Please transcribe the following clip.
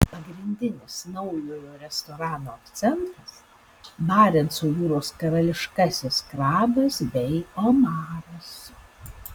pagrindinis naujojo restorano akcentas barenco jūros karališkasis krabas bei omaras